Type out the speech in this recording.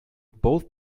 both